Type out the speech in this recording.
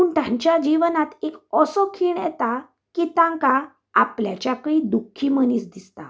पूण तांच्या जिवनात असो खिण येता की तांकां आपल्याच्याकय दुख्खी मनीस दिसता